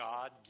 God